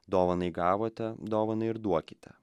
dovanai gavote dovanai ir duokite